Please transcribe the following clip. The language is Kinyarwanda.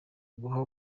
guha